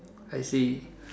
I see